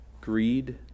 Greed